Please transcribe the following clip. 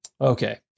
Okay